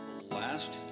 Last